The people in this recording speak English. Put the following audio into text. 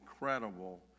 incredible